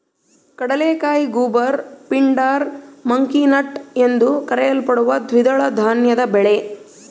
ಕಡಲೆಕಾಯಿ goober pindar monkey nut ಎಂದೂ ಕರೆಯಲ್ಪಡುವ ದ್ವಿದಳ ಧಾನ್ಯದ ಬೆಳೆ